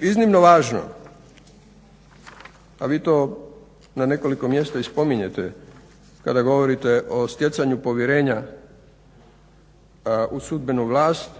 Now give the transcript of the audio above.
iznimno važno, a vi to na nekoliko mjesta i spominjete kada govorite o stjecanju povjerenja u sudbenu vlast